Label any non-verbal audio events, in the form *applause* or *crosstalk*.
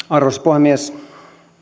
*unintelligible* arvoisa puhemies